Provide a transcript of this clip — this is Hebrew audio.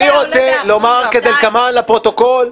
אני רוצה לומר כדלקמן לפרוטוקול,